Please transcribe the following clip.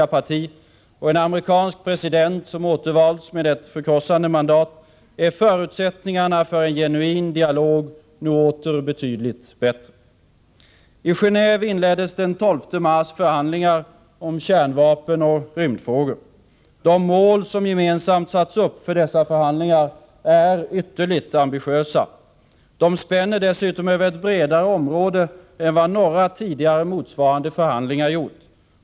a parti och en amerikansk president som återvalts med ett förkrossande mandat är förutsättningarna för en genuin dialog nu åter betydligt bättre. I Genéve inleddes den 12 mars förhandlingar om kärnvapenoch rymdfrågor. De mål som gemensamt har satts upp för dessa förhandlingar är ytterligt ambitiösa. De spänner dessutom över ett bredare område än vad några tidigare motsvarande förhandlingar gjort.